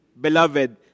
Beloved